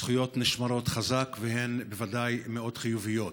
הזכויות נשמרות חזק, והן בוודאי מאוד חיוביות.